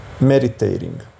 meditating